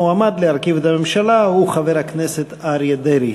המועמד להרכיב את הממשלה הוא חבר הכנסת אריה דרעי.